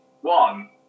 one